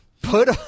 Put